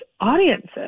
audiences